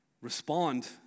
respond